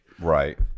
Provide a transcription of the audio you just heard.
right